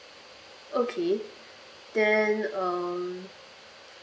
okay then um